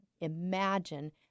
imagine